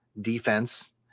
defense